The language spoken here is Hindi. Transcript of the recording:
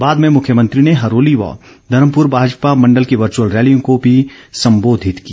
बाद में मुख्यमंत्री ने हरोली व धर्मपुर भाजपा मेंडल की वर्चुअल रैलियों को भी संबोधित किया